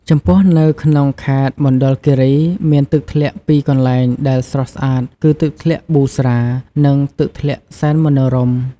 ចំពោះនៅក្នុងខេត្តមណ្ឌលគិរី មានទឹកធ្លាក់ពីរកន្លែងដែលស្រស់ស្អាតគឺ ទឹកធ្លាក់ប៊ូស្រា និងទឹកធ្លាក់សែនមនោរម្យ។